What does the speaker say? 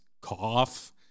Cough